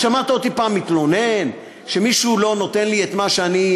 שמעת אותי פעם מתלונן שמישהו לא נותן לי את מה שאני,